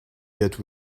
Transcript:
yet